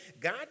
God